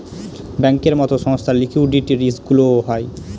ব্যাঙ্কের মতো সংস্থার লিকুইডিটি রিস্কগুলোও হয়